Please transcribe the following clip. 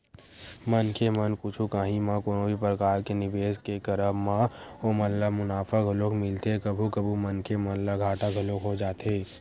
मनखे मन कुछु काही म कोनो भी परकार के निवेस के करब म ओमन ल मुनाफा घलोक मिलथे कभू कभू मनखे मन ल घाटा घलोक हो जाथे